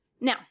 Now